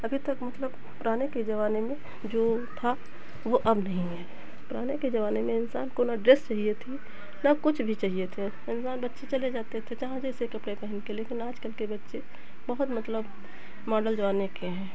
अभी तक मतलब पुराने के ज़माने में जो था वो अब नहीं है पुराने के ज़माने में इंसान को ना ड्रेस चाहिए थी ना कुछ भी चाहिए थे इंसान बच्चे चले जाते थे जहाँ जैसे कपड़े पहन के लेकिन आज कल के बच्चे बहुत मतलब मॉडल ज़माने के हैं